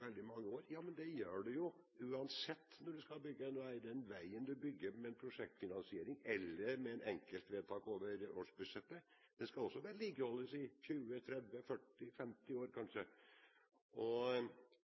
veldig mange år: Ja, men det gjør en jo uansett når en skal bygge en vei. Den veien en bygger med en prosjektfinansiering eller med et enkeltvedtak over årsbudsjettet, skal også vedlikeholdes i 20, 30, 40, 50 år,